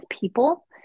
people